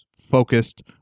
focused